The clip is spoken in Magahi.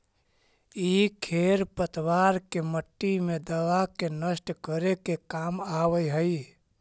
इ खेर पतवार के मट्टी मे दबा के नष्ट करे के काम आवऽ हई